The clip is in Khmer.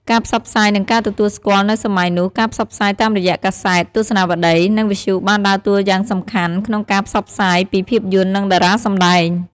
ការផ្សព្វផ្សាយនិងការទទួលស្គាល់ នៅសម័យនោះ ការផ្សព្វផ្សាយតាមរយៈកាសែត ទស្សនាវដ្ដី និងវិទ្យុបានដើរតួយ៉ាងសំខាន់ក្នុងការផ្សព្វផ្សាយពីភាពយន្តនិងតារាសម្តែង។